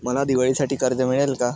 मला दिवाळीसाठी कर्ज मिळेल का?